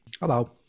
hello